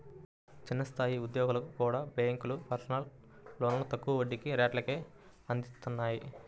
చిన్న స్థాయి ఉద్యోగులకు కూడా బ్యేంకులు పర్సనల్ లోన్లను తక్కువ వడ్డీ రేట్లకే అందిత్తన్నాయి